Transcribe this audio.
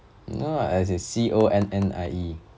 no ah as in C O N N I E